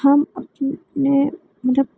हम अपने अपने मतलब